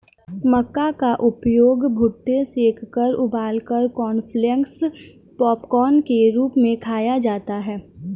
मक्का का उपयोग भुट्टे सेंककर उबालकर कॉर्नफलेक्स पॉपकार्न के रूप में खाया जाता है